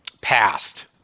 passed